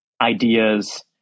ideas